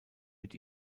mit